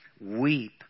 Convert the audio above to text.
weep